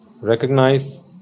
recognize